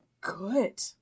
good